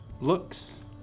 looks